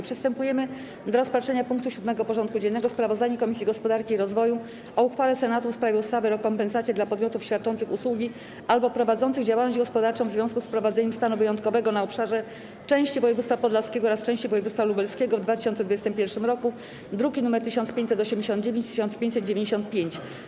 Przystępujemy do rozpatrzenia punktu 7. porządku dziennego: Sprawozdanie Komisji Gospodarki i Rozwoju o uchwale Senatu w sprawie ustawy o rekompensacie dla podmiotów świadczących usługi albo prowadzących działalność gospodarczą w związku z wprowadzeniem stanu wyjątkowego na obszarze części województwa podlaskiego oraz części województwa lubelskiego w 2021 r. (druki nr 1589 i 1595)